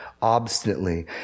obstinately